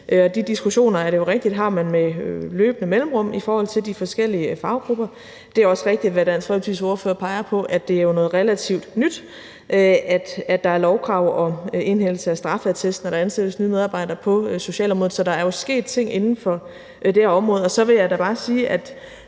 de diskussioner i forhold til de forskellige faggrupper. Det er også rigtigt, hvad Dansk Folkepartis ordfører peger på, at det jo er noget relativt nyt, at der er lovkrav om indhentelse af straffeattest, når der ansættes nye medarbejdere på socialområdet. Så der er jo sket ting inden for det område. Så vil jeg da bare sige,